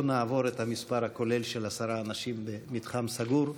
נעבור את המספר הכולל של עשרה אנשים במתחם סגור.